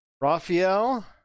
Raphael